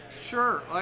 Sure